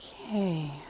Okay